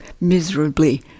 miserably